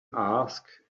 asked